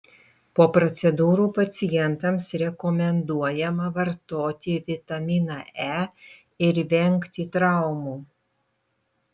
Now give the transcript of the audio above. po procedūrų pacientams rekomenduojama vartoti vitaminą e ir vengti traumų